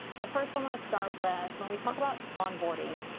but first i want to start with, when we talk about onboarding,